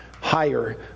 higher